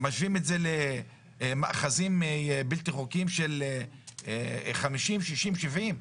משווים את זה למאחזים בלתי חוקיים של 50, 60, 70?